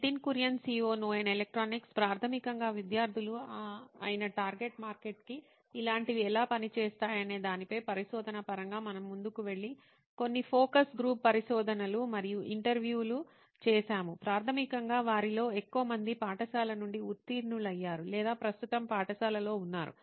Nitin Kurien COO నోయిన్ electronics ప్రాథమికంగా విద్యార్ధులు అయిన టార్గెట్ మార్కెట్ కి ఇలాంటివి ఎలా పని చేస్తాయనే దానిపై పరిశోధన పరంగా మనము ముందుకు వెళ్లి కొన్ని ఫోకస్ గ్రూప్ పరిశోధనలు మరియు ఇంటర్వ్యూలు చేసాము ప్రాథమికంగా వారిలో ఎక్కువ మంది పాఠశాల నుండి ఉత్తీర్ణులయ్యారు లేదా ప్రస్తుతం పాఠశాలలో ఉన్నారు